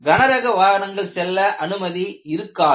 கனரக வாகனங்கள் செல்ல அனுமதி இருக்காது